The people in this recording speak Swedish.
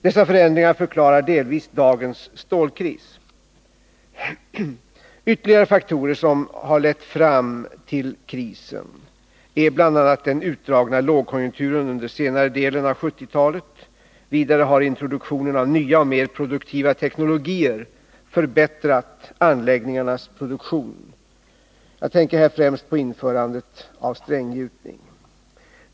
Dessa förändringar förklarar delvis dagens stålkris. Ytterligare faktorer som har lett fram till krisen är bl.a. den utdragna lågkonjunkturen under senare delen av 1970-talet. Vidare har introduktion av nya och mer produktiva teknologier förbättrat anläggningarnas produktion. Jag tänker här främst på införandet av stränggjutning.